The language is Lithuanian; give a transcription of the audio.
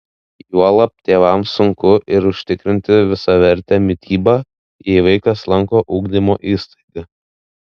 juolab tėvams sunku ir užtikrinti visavertę mitybą jei vaikas lanko ugdymo įstaigą